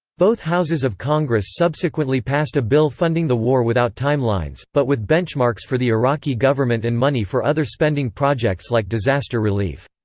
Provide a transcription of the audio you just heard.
both houses of congress subsequently passed a bill funding the war without timelines, but with benchmarks for the iraqi government and money for other spending projects like disaster relief.